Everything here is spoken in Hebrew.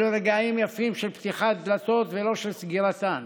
אלו רגעים יפים של פתיחת דלתות ולא של סגירתן,